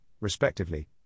respectively